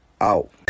out